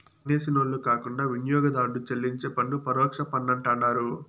పన్నేసినోళ్లు కాకుండా వినియోగదారుడు చెల్లించే పన్ను పరోక్ష పన్నంటండారు